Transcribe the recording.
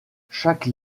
chaque